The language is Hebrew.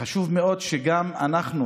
חשוב מאוד שגם אנחנו,